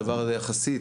הדבר הזה יחסית,